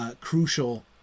Crucial